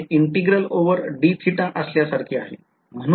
ते integral over dθ असल्यासारखे आहे